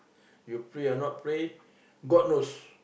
you pray or not pray god knows